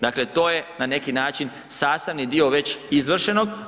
Dakle to je na neki način sastavni dio već izvršenog.